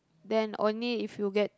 then only if you get